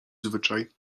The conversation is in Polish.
zwyczaj